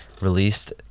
released